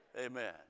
Amen